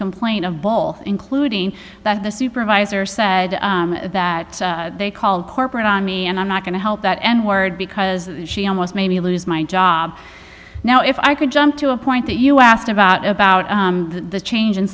complaint of bull including that the supervisor said that they called corporate on me and i'm not going to help that n word because she almost made me lose my job now if i could jump to a point that you asked about about the change